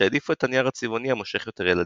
שהעדיפו את הנייר הצבעוני המושך יותר ילדים.